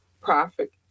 profit